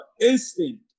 instinct